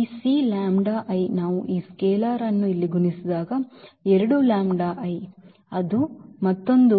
ಈ c ನಾವು ಈ ಸ್ಕೇಲಾರ್ ಅನ್ನು ಇಲ್ಲಿ ಗುಣಿಸಿದಾಗ ಎರಡು ಅದು ಮತ್ತೊಂದು